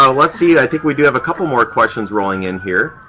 ah let's see. i think we do have a couple more questions rolling in here.